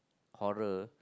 horror